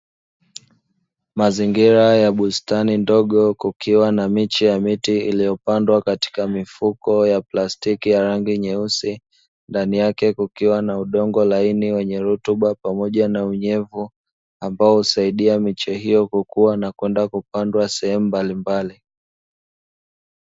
Mazingira ya bustani ndogo kukiwa na miche ya miti iliyopandwa kwenye mifuko ya plastiki ya rangi nyeusi, ndani yake kukiwa na udongo laini wenye rutuba pamoja na unyevu ambao husaidia miche hiyo kukua na kwenda kupandwa sehemu mbalimbali.